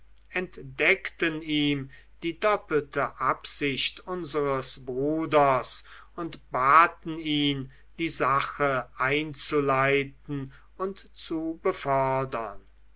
entdeckten ihm die doppelte absicht unseres bruders und baten ihn die sache einzuleiten und zu befördern